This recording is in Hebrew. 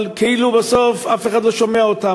אבל כאילו בסוף אף אחד לא שומע אותו,